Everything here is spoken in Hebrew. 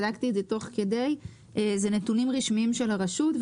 בדקתי את זה תוך כדי ואלה נתונים רשמיים של הרשות.